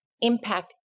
impact